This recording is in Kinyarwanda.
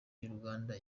n’uruganda